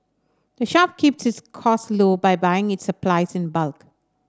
the shop keeps its costs low by buying its supplies in bulk